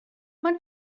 mae